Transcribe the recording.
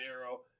arrow